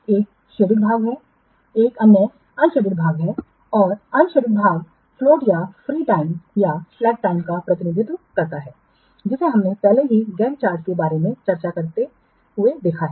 एक छायांकित भाग है एक अन्य अप्रकाशित भाग है और अप्रकाशित भाग फ्लोट या फ्री टाइम या सलेक टाइम का प्रतिनिधित्व करता है जिसे हमने पहले ही गैंट चार्ट के बारे में चर्चा करते हुए देखा है